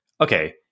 okay